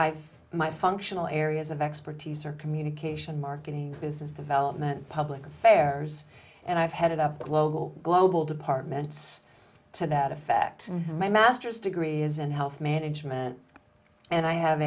have my functional areas of expertise are communication marketing business development public affairs and i have headed up global global departments to that effect my master's degree is in health management and i have